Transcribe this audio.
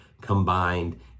combined